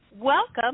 welcome